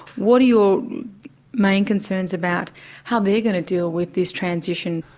what are your main concerns about how they're going to deal with this transition?